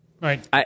Right